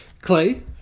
Clay